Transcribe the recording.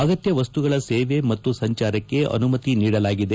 ಆಗತ್ತ ಮಸ್ತುಗಳ ಸೇವೆ ಮತ್ತು ಸಂಚಾರಕ್ಕೆ ಆನುಮತಿ ನೀಡಲಾಗಿದೆ